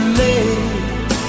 late